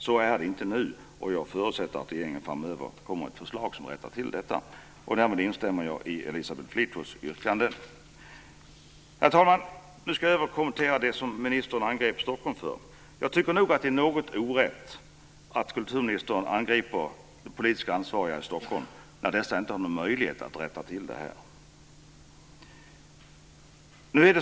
Så är det inte nu, och jag förutsätter att regeringen framöver kommer med ett förslag som rättar till detta. Därmed instämmer jag i Elisabeth Fleetwoods yrkande. Herr talman! Nu ska jag kommentera det som ministern angrep Stockholm för. Jag tycker att det är något orätt att kulturministern angriper politiskt ansvariga i Stockholm när dessa inte har någon möjlighet att rätta till det här.